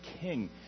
king